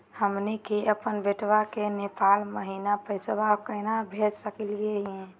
हमनी के अपन बेटवा क नेपाल महिना पैसवा केना भेज सकली हे?